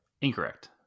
Incorrect